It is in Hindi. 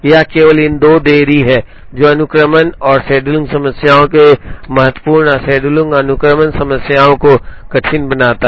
यह केवल इन 2 देरी है जो अनुक्रमण और शेड्यूलिंग समस्याओं को महत्वपूर्ण और शेड्यूलिंग और अनुक्रमण समस्याओं को कठिन बनाता है